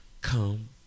Come